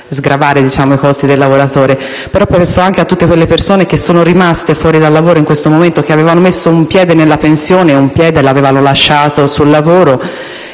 sgravare dei costi del lavoratore.